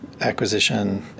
acquisition